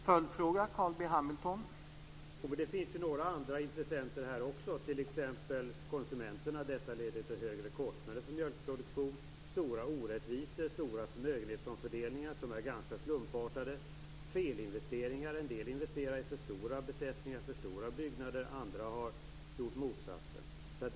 Herr talman! Det finns några andra intressenter i fråga om detta också, t.ex. konsumenterna. Detta leder ju till högre kostnader för mjölkproduktionen, stora orättvisor, stora förmögenhetsomfördelningar som är ganska slumpartade och felinvesteringar - en del har investerat i för stora besättningar och för stora byggnader, medan andra har gjort motsatsen.